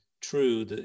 true